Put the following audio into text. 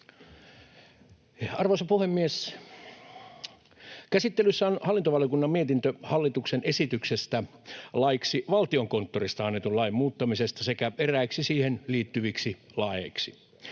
Arvoisa puhemies! Käsittelyssä on hallintovaliokunnan mietintö hallituksen esityksestä laiksi valtiokonttorista annetun lain muuttamisesta sekä eräiksi siihen liittyviksi laeiksi.